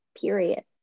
Period